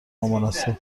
نامناسب